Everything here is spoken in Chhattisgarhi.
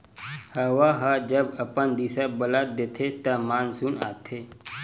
हवा ह जब अपन दिसा बदल देथे त मानसून आथे